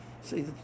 See